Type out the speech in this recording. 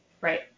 Right